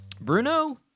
Bruno